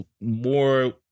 more